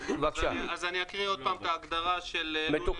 אז אני אקריא עוד פעם את ההגדרה של לול